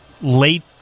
late